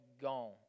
gone